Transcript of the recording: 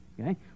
Okay